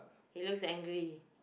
it looks angry